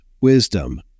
wisdom